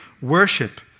worship